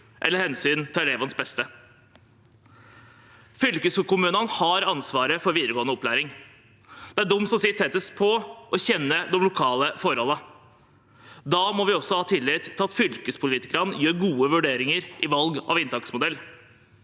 eller elevenes beste. Fylkeskommunene har ansvaret for videregående opplæring. Det er de som sitter tettest på og kjenner de lokale forholdene. Da må vi også ha tillit til at fylkespolitikerne gjør gode vurderinger i valg av inntaksmodell.